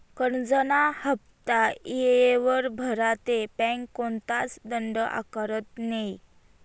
करजंना हाफ्ता येयवर भरा ते बँक कोणताच दंड आकारत नै